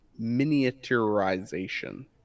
miniaturization